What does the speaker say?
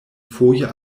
foje